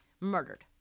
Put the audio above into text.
murdered